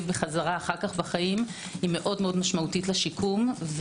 בחזרה אחר כך בחיים היא מאוד משמעותית לשיקום.